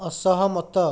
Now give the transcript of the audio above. ଅସହମତ